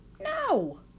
No